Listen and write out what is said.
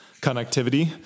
connectivity